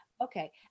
okay